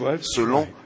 selon